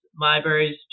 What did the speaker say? libraries